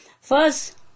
First